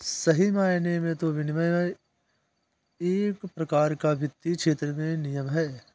सही मायने में तो विनियमन एक प्रकार का वित्तीय क्षेत्र में नियम है